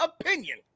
opinion